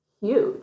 huge